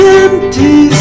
empty